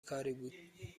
کاری